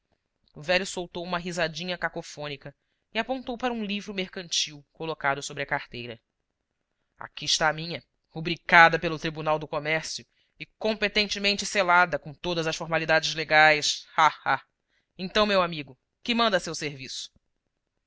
o velho soltou uma risadinha cacofônica e apontou para um livro mercantil colocado sobre a carteira aqui está a minha rubricada pelo tribunal do comércio e competentemente selada com todas as formalidades legais ah ah ah então meu amigo que manda a seu serviço